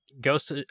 Ghost